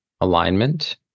alignment